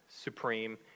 supreme